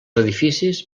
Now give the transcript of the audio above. edificis